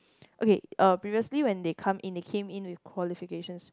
okay uh previously when they come in they came in with qualifications